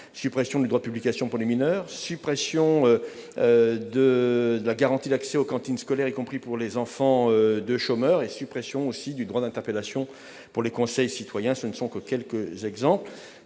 suppression du droit de publication pour les mineurs, suppression de la garantie d'accès aux cantines scolaires, y compris pour les enfants de chômeurs, suppression du droit d'interpellation pour les conseils citoyens. On peut déconstruire,